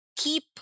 keep